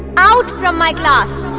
out from my class